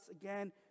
again